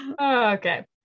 Okay